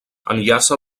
enllaça